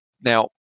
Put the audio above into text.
Now